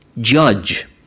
judge